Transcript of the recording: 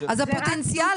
אז הפוטנציאל,